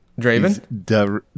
Draven